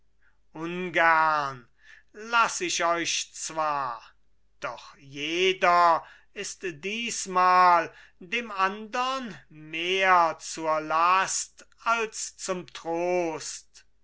ungern laß ich euch zwar doch jeder ist diesmal dem andern mehr zur last als zum trost